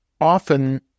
often